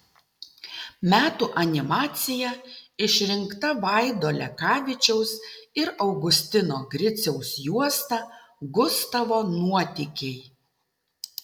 metų animacija išrinkta vaido lekavičiaus ir augustino griciaus juosta gustavo nuotykiai